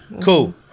Cool